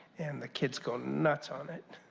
and the kids go nuts on it.